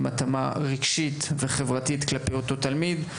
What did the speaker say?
התאמה רגשית וחברתית כלפי אותו תלמיד.